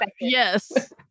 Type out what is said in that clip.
Yes